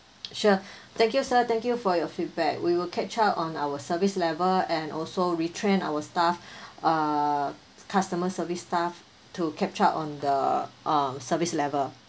sure thank you sir thank you for your feedback we will catch up on our service level and also retrain our staff uh customer service staff to catch up on the um service level